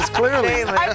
clearly